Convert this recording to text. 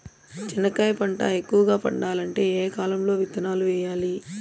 చెనక్కాయ పంట ఎక్కువగా పండాలంటే ఏ కాలము లో విత్తనాలు వేయాలి?